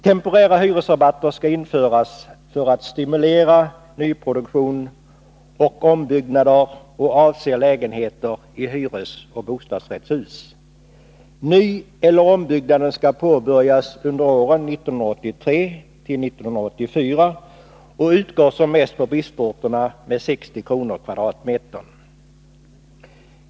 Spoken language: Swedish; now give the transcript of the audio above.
Temporära hyresrabatter skall införas för att stimulera nyproduktion och ombyggnader och avser lägenheter i hyresoch bostadsrättshus. Nyeller ombyggnader skall påbörjas under åren 1983-1984 och rabatterna utgår på 105 bristorterna som mest med 60 kr. per kvadratmeter.